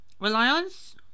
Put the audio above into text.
Reliance